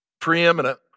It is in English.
preeminent